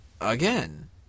Again